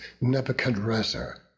Nebuchadrezzar